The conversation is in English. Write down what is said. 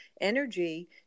energy